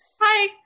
hi